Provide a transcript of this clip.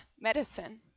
medicine